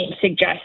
suggest